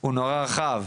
הוא נורא רחב.